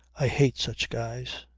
i hate such skies.